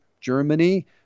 Germany